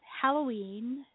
Halloween